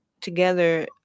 together